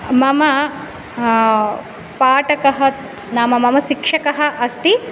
मम पाठकः नाम मम शिक्षकः अस्ति